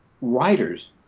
writers